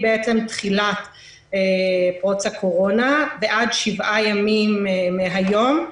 מתחילת פרוץ הקורונה ועד שבשעה ימים מהיום,